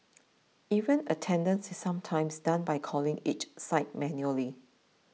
even attendance is sometimes done by calling each site manually